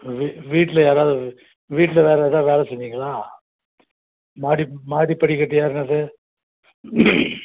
வீ வீட்டில் யாராவது வீட்டில் வேறு எதாது வேலை செஞ்சிங்களா மாடி மாடி படிக்கட்டு ஏர்றது